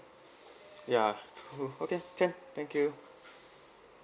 ya okay can thank you